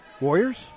Warriors